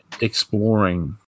exploring